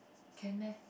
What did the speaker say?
can meh